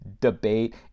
debate